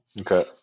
Okay